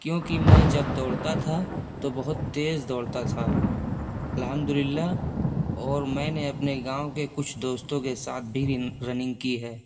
کیونکہ میں جب دوڑتا تھا تو بہت تیز دوڑتا تھا الحمد للّہ اور میں نے اپنے گاؤں کے کچھ دوستوں کے ساتھ بھی رننگ کی ہے